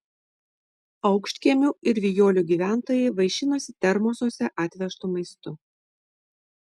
aukštkiemių ir vijolių gyventojai vaišinosi termosuose atvežtu maistu